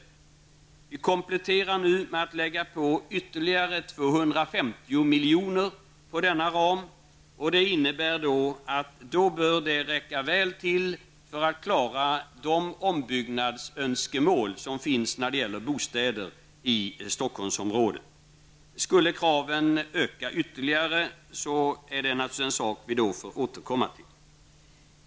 Vi gör nu en komplettering genom att lägga ytterligare 250 miljoner till denna ram. Det innebär att resurserna bör räcka väl för att tillgodose de ombyggnadsönskemål som finns när det gäller bostäder i Stockholmsområdet. Skulle kraven öka ytterligare, får vi naturligtvis återkomma till den saken.